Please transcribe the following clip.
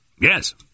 Yes